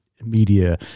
media